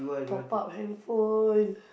top-up handphone